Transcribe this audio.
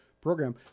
program